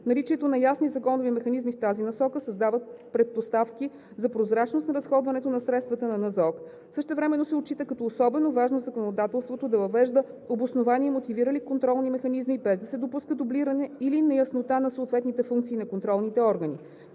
Наличието на ясни законови механизми в тази насока създава предпоставки за прозрачност на разходването на средствата на НЗОК. Същевременно се отчита като особено важно законодателството да въвежда обосновани и мотивирани контролни механизми, без да се допуска дублиране или неяснота на съответните функции на контролните органи.